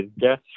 guess